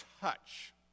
touch